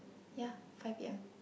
ya five p_m